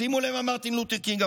שימו לב מה אמר מרטין לותר קינג.